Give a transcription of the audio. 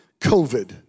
COVID